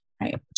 Right